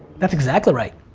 that's exactly right.